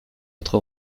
votre